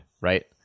right